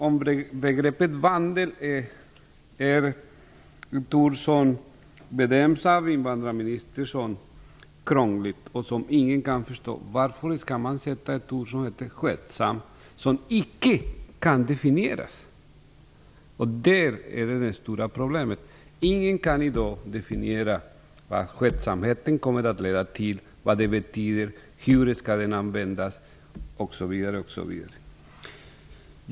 Om begreppet vandel av invandrarministern benämns som krångligt och ett ord som ingen kan förstå, varför skall man ersätta det med ett ord som heter skötsam och som icke kan definieras? Det är det stora problemet. Ingen kan i dag definiera vad ordet skötsamhet kan leda till, vad det betyder eller hur det skall användas.